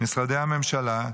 משרדי הממשלה,